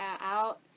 out